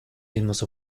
mismos